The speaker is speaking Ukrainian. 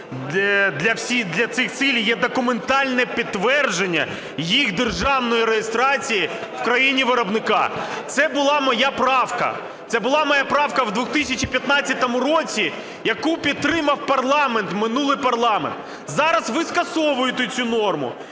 для цих цілей є документальне підтвердження їх державної реєстрації в країні виробника. Це була моя правка, це була моя правка у 2015 році, яку підтримав парламент, минулий парламент. Зараз ви скасовуєте цю норму,